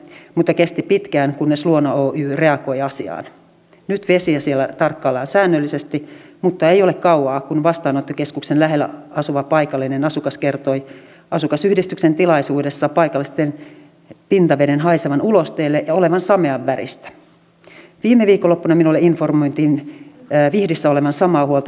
ja kun me tiedämme että kuntapuolella tällä hetkellä jo eläkemaksut ovat korkeammat kuin yksityisillä palveluidentuottajilla niin eikö tämä vääristä kilpailua kun me olemme menossa maailmaan jossa on oletettavaa tai ainakin nyt näyttää siltä että yhä enemmän ja enemmän tulee kilpailemaan kunta julkinen palvelu näitten yksityisten palvelutuottajien kanssa